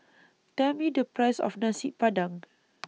Tell Me The Price of Nasi Padang